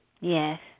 Yes